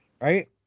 right